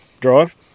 drive